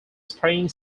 spring